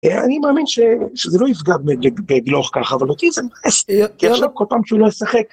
‫אני מאמין שזה לא יפגע בבלוך ככה, ‫אבל אותי זה ... לא ישחק.